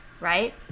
right